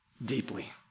Deeply